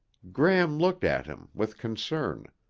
gram looked at him with concern,